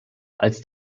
als